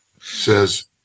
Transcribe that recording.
says